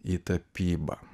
į tapybą